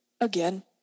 again